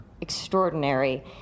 extraordinary